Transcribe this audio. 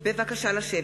המדינה.) בבקשה לשבת.